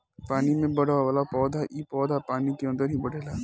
पानी में बढ़ेवाला पौधा इ पौधा पानी के अंदर ही बढ़ेला